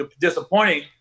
disappointing